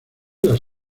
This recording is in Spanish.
las